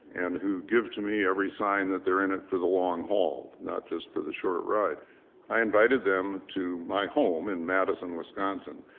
and who give to me every sign that they're in it for the long haul, not just for the short ride i invited them to my home in madison, wisconsin,